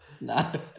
No